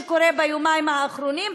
שקורה ביומיים האחרונים,